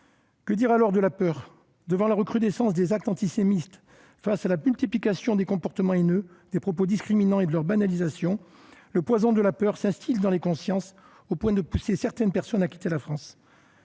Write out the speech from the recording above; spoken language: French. Que dire alors de la peur ? Devant la recrudescence des actes antisémites, face à la multiplication des comportements haineux, des propos discriminants et de leur banalisation, le poison de la peur s'instille dans les consciences au point de pousser certaines personnes à quitter la France.